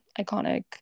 iconic